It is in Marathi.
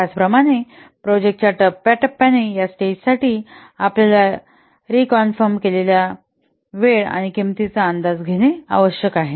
त्याचप्रमाणे प्रोजेक्टाच्या टप्प्याटप्प्याने या स्टेज साठी आपल्यास रिकॉन्फॉर्म केलेल्या वेळ आणि किंमतीचा अंदाज घेणे आवश्यक आहे